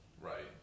right